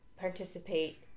participate